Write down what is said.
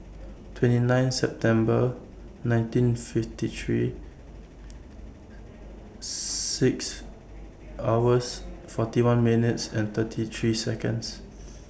twenty nine September nineteen fifty three six hours forty one minutes and thirty three Seconds